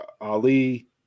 Ali